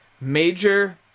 major